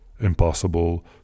impossible